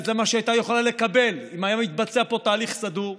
וזה מה שהיא הייתה יכולה לקבל אם היה מתבצע פה תהליך סדור,